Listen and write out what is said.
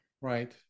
right